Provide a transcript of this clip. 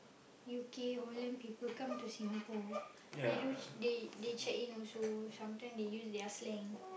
U_K Holland people come to Singapore they don't they they check in also sometime they use their slang